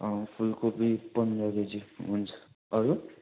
फुलकोपी पन्ध्र केजी हुन्छ अरू